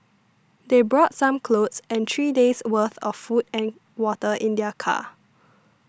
they brought some clothes and three days worth of food and water in their car